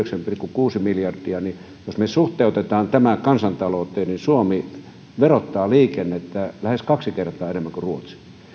kuusi miljardia jos me suhteutamme tämän kansantalouteen niin suomi verottaa liikennettä lähes kaksi kertaa enemmän kuin ruotsi